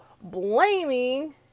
blaming